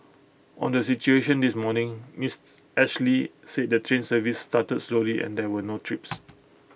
on the situation this morning miss Ashley said the train service started slowly and there were no trips